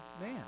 man